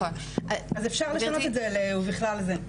אז אפשר לשנות את זה ל"בכלל זה".